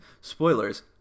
Spoilers